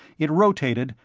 it rotated,